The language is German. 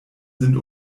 sind